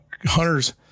Hunters